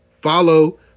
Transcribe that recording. Follow